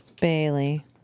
Bailey